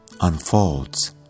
unfolds